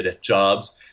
jobs